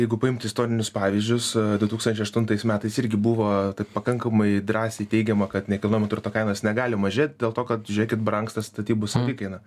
jeigu paimti istorinius pavyzdžius du tūkstančiai aštuntais metais irgi buvo taip pakankamai drąsiai teigiama kad nekilnojamo turto kainos negali mažėt dėl to kad žiūrėkit brangsta statybų savikaina